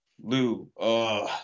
Lou